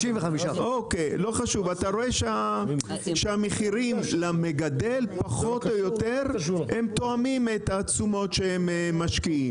אתה רואה שהמחירים למגדל פחות או יותר תואמים את התשומות שהם משקיעים.